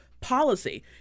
Policy